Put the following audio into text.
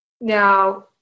now